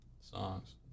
songs